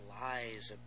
lies